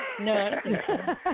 No